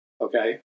okay